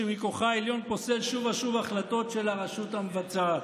שמכוחה העליון פוסל שוב ושוב החלטות של הרשות המבצעת,